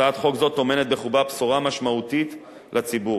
הצעת חוק זו טומנת בחובה בשורה משמעותית לציבור